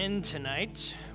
Tonight